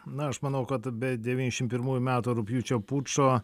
na aš manau kad be devyniasdešimt pirmųjų metų rugpjūčio pučo